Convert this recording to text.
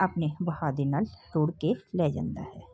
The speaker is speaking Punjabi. ਆਪਣੇ ਵਹਾਅ ਦੇ ਨਾਲ ਰੋੜ ਕੇ ਲੈ ਜਾਂਦਾ ਹੈ